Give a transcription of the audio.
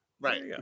Right